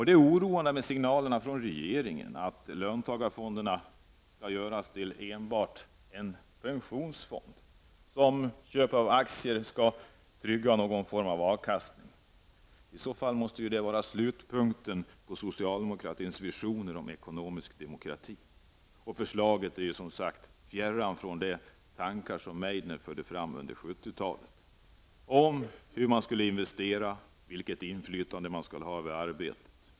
Det är oroande med signalerna från regeringen om att löntagarfonderna endast skall utgöra en pensionsfond som genom köp av aktier skall trygga någon form av avkastning. I så fall måste det vara slutpunkten för socialdemokratins visioner om en ekonomisk demokrati. Förslaget är, som sagt, fjärran från de tankar som Meidner förde fram under 70-talet om hur man skulle investera och vilket inflytande man skulle ha över arbetet.